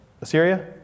Assyria